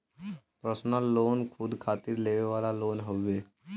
personal loan खुद खातिर लेवे वाला लोन हउवे